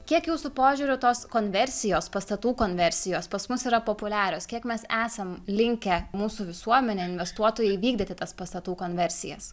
kiek jūsų požiūriu tos konversijos pastatų konversijos pas mus yra populiarios kiek mes esam linkę mūsų visuomenė investuotojai vykdyti tas pastatų konversijas